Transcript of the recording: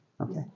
Okay